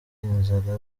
inzara